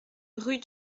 rue